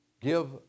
give